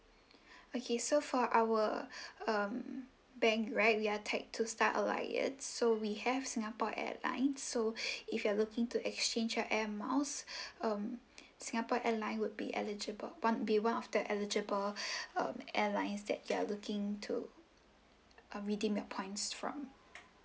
okay so for our um bank right we are tag to star alliance so we have singapore airline so if you're looking to exchange your air miles um singapore airline would be eligible one be one of the eligible um airlines that you are looking to uh redeem the points from